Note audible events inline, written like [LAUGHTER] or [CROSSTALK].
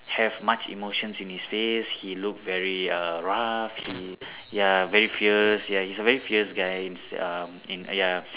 have much emotions in his face he look very err rough he ya very fierce ya he's a very fierce guy [NOISE] um in ya